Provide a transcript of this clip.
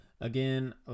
again